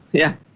yeah.